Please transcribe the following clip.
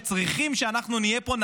שצריכות שאנחנו נהיה פה,